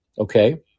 Okay